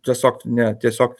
tiesiog ne tiesiog